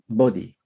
body